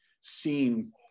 seen